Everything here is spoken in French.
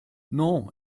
non